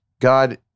God